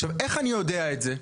עכשיו, איך אני יודע את זה?